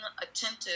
attentive